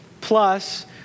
plus